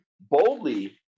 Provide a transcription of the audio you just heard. boldly